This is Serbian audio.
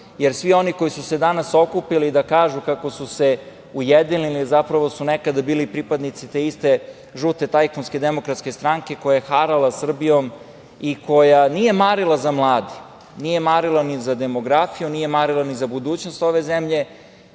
svi oni koji su se danas okupili da kažu kako su se ujedinili, zapravo su nekada bili pripadnici te iste žute tajkunske Demokratske stranke koja je harala Srbijom i koja nije marila za mladim. Nije marila ni za demografiju, nije marila ni za budućnost ove zemlje.